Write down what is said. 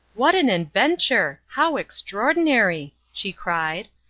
what an adventure! how extraordinary! she cried.